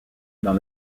dans